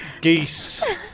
Geese